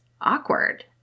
awkward